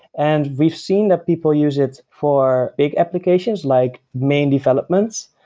and we've seen that people use it for big applications like main developments,